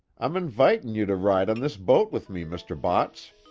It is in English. i'm invitin' you to ride on this boat with me, mr. botts!